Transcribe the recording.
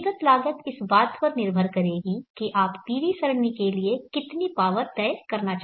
पूंजीगत लागत इस बात पर निर्भर करेगी कि आप PV सरणी के लिए कितनी पावर तय करना चाहते हैं